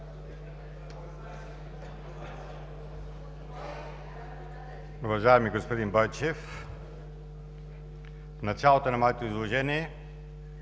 Уважаеми господин Бойчев, в началото на моето изложение